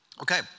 Okay